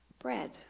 Bread